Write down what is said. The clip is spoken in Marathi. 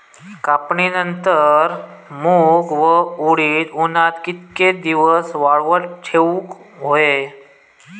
कापणीनंतर मूग व उडीद उन्हात कितके दिवस वाळवत ठेवूक व्हये?